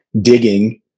digging